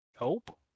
Nope